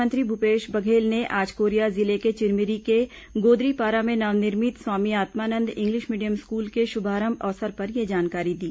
मुख्यमंत्री भूपेश बघेल ने आज कोरिया जिले के चिरमिरी के गोदरीपारा में नवनिर्मित Swami Atmanand English medium school के शुभारंभ अवसर पर यह जानकारी दी